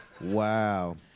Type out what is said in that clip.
Wow